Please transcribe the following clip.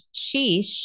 sheesh